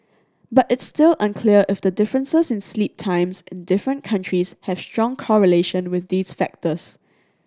but it's still unclear if the differences in sleep times in different countries have strong correlation with these factors